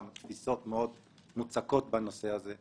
וזו טעות בתפיסה, ומזה זה מתחיל.